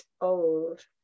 old